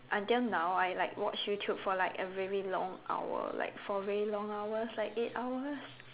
until now I like watch YouTube for like a very long hour like for very long hours like eight hours